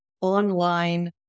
online